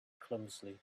clumsily